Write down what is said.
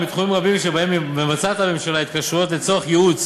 גם בתחומים רבים שבהם מבצעת הממשלה התקשרויות לצורך ייעוץ